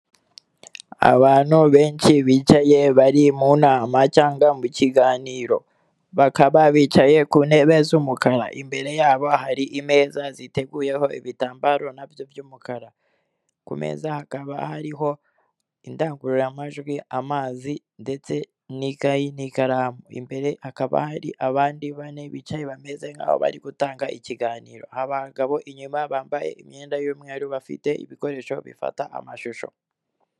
Abantu benshi bicaye bari mu nama cyangwa mu kiganiro bakaba bicaye ku ntebe z'umukara, imbere yabo hari imeza ziteguyeho ibitambaro nabyo by'umukara, ku meza hakaba hariho indangururamajwi, amazi ndetse n'ikayi, n'ikaramu, imbere hakaba hari abandi bane bicaye bameze nk'aho bari gutanga ikiganiro, abagabo inyuma bambaye imyenda y'umweru bafite ibikoresho bifata amashusho.